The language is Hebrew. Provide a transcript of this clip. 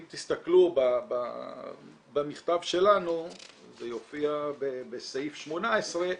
אם תסתכלו במכתב שלנו זה יופיע בסעיף 18,